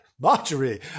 Marjorie